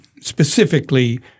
specifically